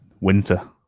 winter